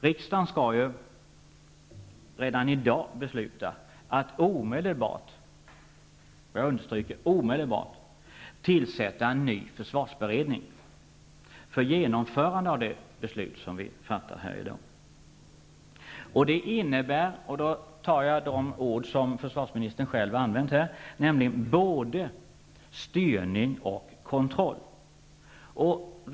Riksdagen skall ju redan i dag besluta att omedelbart -- jag understryker omedelbart -- tillsätta en ny försvarsberedning för genomförande av det beslut som vi fattar här i dag. Det här innebär -- jag använder de ord försvarsministern själv har använt -- både styrning och kontroll.